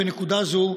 בנקודה זו,